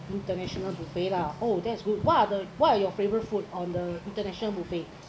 international buffet lah oh that's good what are the what are your favourite food on the international buffet